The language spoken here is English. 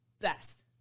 best